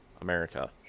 America